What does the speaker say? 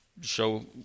show